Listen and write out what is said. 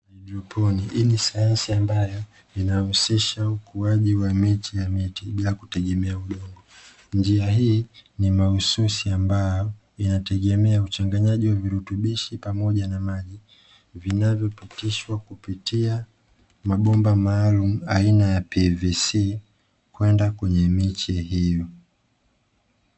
Haidroponi hii ni sayansi ambayo inahusisha ukuaji wa miche ya miti bila kutegemea udongo, njia hii ni mahususi ambayo inategemea uchanganyaji wa virutubishi pamoja na maji, vinavyopitishwa kupitia mabomba maalumu aina ya pvc kwenda kwenye miche hiyo.